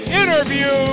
interview